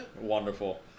Wonderful